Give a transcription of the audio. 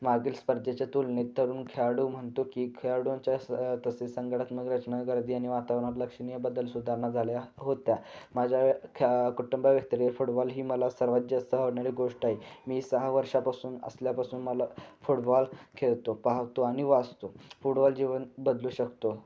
मागील स्पर्धेच्या तुलनेत तरूण खेळाडू म्हणतो की खेळाडूंच्या स तसेच संघनात्मक रचना गर्दी आणि वातावरणात लक्षणीय बदल सुधारणा झाल्या होत्या माझ्या खे कुटुंबा व्यतिरे फुटबॉल ही मला सर्वात जास्त आवडणारी गोष्ट आहें मी सहा वर्षांपासून असल्यापासून मला फुटबॉल खेळतो पाहतो आणि वाचतो फुडबॉल जीवन बदलू शकतो